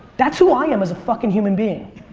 that's who i am as a fucking human being.